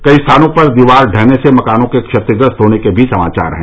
कई स्थानों पर दीवार ढहने से मकानों के क्षतिग्रस्त होने के भी समाचार हैं